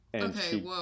Okay